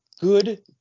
good